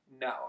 No